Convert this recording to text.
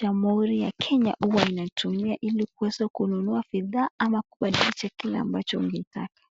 jamhuri ya Kenya huwa inatumia ili kuweza kununua bidhaa ama kuleta kile ambacho ni unaitaka.